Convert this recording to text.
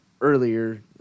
earlier